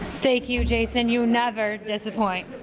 thank you, jason. you never disappoint.